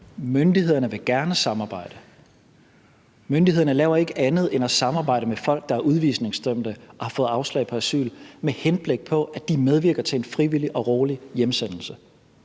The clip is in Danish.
Myndighederne vil gerne samarbejde. Myndighederne laver ikke andet end at samarbejde med folk, der er udvisningsdømte og har fået afslag på asyl, med henblik på at de medvirker til en frivillig og rolig hjemsendelse.